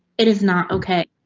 it is not ok.